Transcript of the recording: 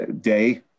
day